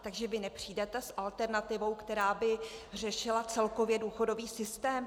Takže vy nepřijdete s alternativou, která by řešila celkově důchodový systém?